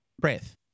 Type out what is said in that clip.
Breath